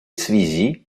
связи